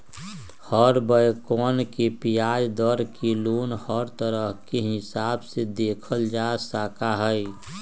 हर बैंकवन के ब्याज दर के लोन हर तरह के हिसाब से देखल जा सका हई